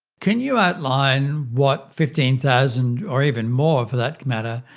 can you outline what fifteen thousand, or even more for that matter,